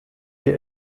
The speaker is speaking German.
wir